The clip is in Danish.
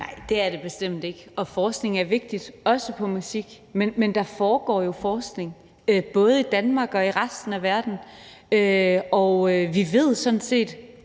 Nej, det er det bestemt ikke. Forskning er vigtigt, også på musikområdet, men der foregår jo forskning både i Danmark og i resten af verden, og vi ved sådan set